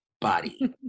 body